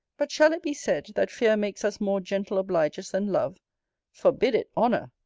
but shall it be said, that fear makes us more gentle obligers than love forbid it, honour!